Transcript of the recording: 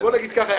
בואו נגיד ככה,